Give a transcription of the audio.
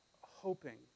hoping